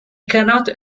cannot